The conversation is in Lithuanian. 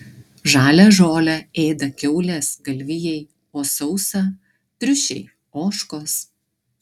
žalią žolę ėda kiaulės galvijai o sausą triušiai ožkos